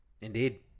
indeed